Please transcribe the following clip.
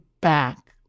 back